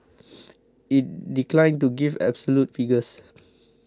it declined to give absolute figures